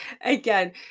Again